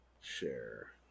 share